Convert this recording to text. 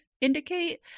indicate